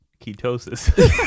Ketosis